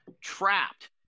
trapped